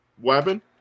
Weapon